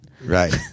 Right